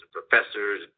professors